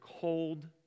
cold